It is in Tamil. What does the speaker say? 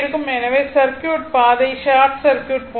எனவே சர்க்யூட் பாதை ஷார்ட் சர்க்யூட் போன்றது